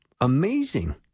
amazing